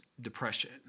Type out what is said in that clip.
depression